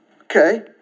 Okay